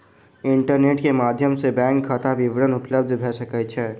internet के माध्यम सॅ बैंक खाता विवरण उपलब्ध भ सकै छै